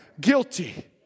Guilty